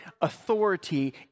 authority